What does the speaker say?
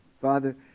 Father